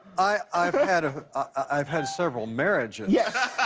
i've had ah i've had several marriages. yeah